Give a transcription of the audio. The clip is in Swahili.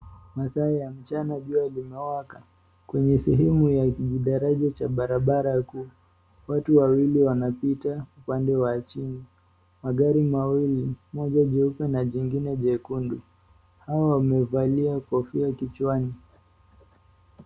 Masaa ya mchana, jua limewaka, kwenye sehemu ya kijidaraja cha barabara kuu, watu wawili wanapita upande wa chini, magari mawili moja jeupe na jingine jekundu, hao wamevalia kofia kichwani.